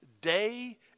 day